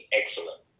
excellent